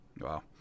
Wow